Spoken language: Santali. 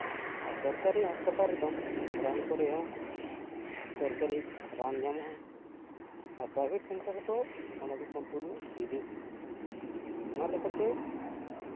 ᱟᱨ ᱥᱚᱨᱠᱟᱨᱤ ᱦᱟᱸᱥᱯᱟᱛᱟᱞ ᱨᱮᱫᱚ ᱨᱟᱱ ᱠᱚ ᱨᱮᱭᱟᱜ ᱥᱚᱨᱠᱟᱨᱤ ᱨᱟᱱ ᱧᱟᱢᱚᱜᱼᱟ ᱟᱨ ᱯᱨᱟᱭᱵᱷᱮᱴ ᱥᱮᱱᱴᱟᱨ ᱨᱮᱫᱚ ᱚᱱᱟ ᱫᱚ ᱥᱚᱢᱯᱩᱨᱱᱚ ᱠᱤᱨᱤᱧ ᱦᱩᱭᱩᱜᱼᱟ ᱚᱱᱟᱞᱮᱠᱟᱛᱮ